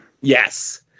Yes